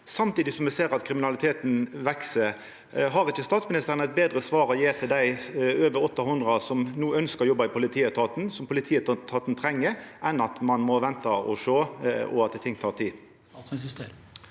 samtidig som me ser at kriminaliteten veks. Har ikkje statsministeren eit betre svar å gje til dei over 800 som ønskjer å jobba i politietaten, og som politietaten treng, enn at ein må venta og sjå, og at ting tek tid?